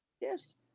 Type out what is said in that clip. Yes